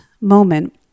moment